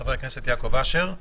חבר הכנסת יעקב אשר.